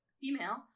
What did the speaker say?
female